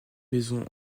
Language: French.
maison